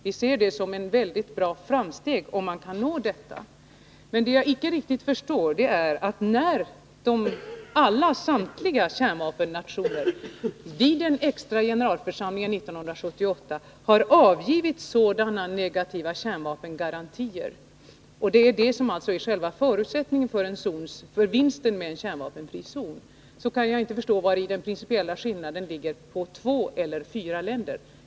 Vi ser det som ett mycket stort framsteg om man kan nå det målet. När samtliga kärnvapennationer vid den extra generalförsamlingen 1978 har givit sådana negativa kärnvapengarantier — vilket är själva förutsättningen för att det skall vara någon vinst med en kärnvapenfri zon — kan jag alltså inte riktigt förstå vari den principiella skillnaden ligger mellan en garanti avseende två eller en avseende fyra länder.